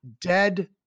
dead